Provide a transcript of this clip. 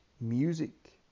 music